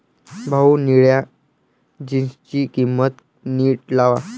भाऊ, निळ्या जीन्सची किंमत नीट लावा